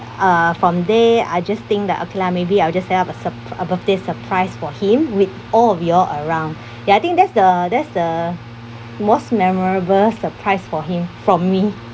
uh from there I just think that okay lah maybe I'll just set up a sur ah a birthday surprise for him with all of y'all around ya I think that's the that's the most memorable surprise for him from me